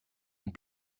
und